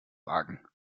wagen